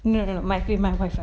no no my head my wifi